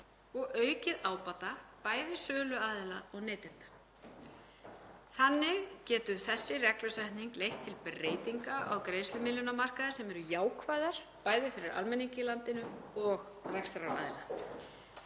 og aukið ábata bæði söluaðila og neytenda. Þannig getur þessi reglusetning leitt til breytinga á greiðslumiðlun á markaði sem eru jákvæðar bæði fyrir almenning í landinu og rekstraraðila.